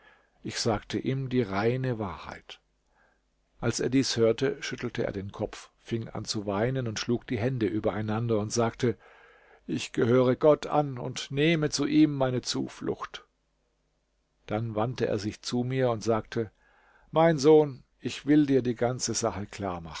ich sagte ihm die reine wahrheit als er dies hörte schüttelte er den kopf fing an zu weinen und schlug die hände übereinander und sagte ich gehöre gott an und nehme zu ihm meine zuflucht dann wandte er sich zu mir und sagte mein sohn ich will dir die ganze sache klar